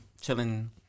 chilling